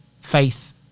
faith